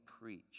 preach